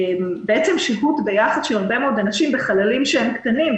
שהות ביחד של הרבה מאוד אנשים בחללים קטנים.